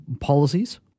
policies